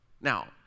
Now